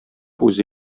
үзе